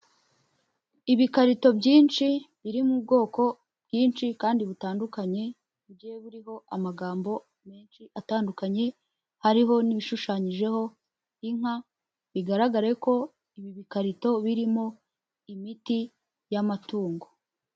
Ibikarito byinshi biri mu bwoko bwinshi kandi butandukanye bigiye biriho amagambo menshi atandukanye, hariho n'ibishushanyijeho inka bigaragare ko ibi bikarito birimo imiti y'amatungo.